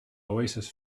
oasis